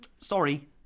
Sorry